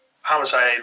homicide